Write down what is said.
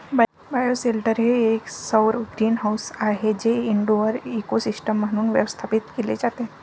bioshelter हे एक सौर ग्रीनहाऊस आहे जे इनडोअर इकोसिस्टम म्हणून व्यवस्थापित केले जाते